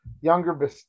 younger